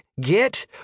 Get